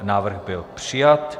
Návrh byl přijat.